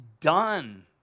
done